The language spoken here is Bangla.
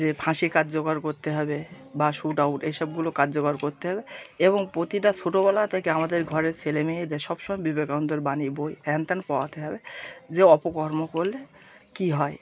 যে ফাঁসি কার্যকর করতে হবে বা শ্যুট আউট এই সবগুলো করতে করতে হবে এবং প্রতিটা ছোটোবেলা থেকে আমাদের ঘরের ছেলে মেয়েদের সব সময় বিবেকানন্দের বাণীর বই হেন তেন পড়াতে হবে যে অপকর্ম করলে কী হয়